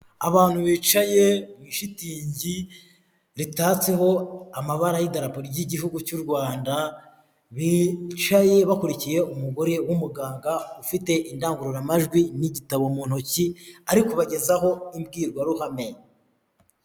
Abantu bicaye mu ishitingi, ritatseho amabara y'idarapo ry'igihugu cy'URwanda, bicaye bakurikiye umugore w'umuganga ufite indangururamajwi n'igitabo mu ntoki, ari kubagezaho imbwirwaruhame.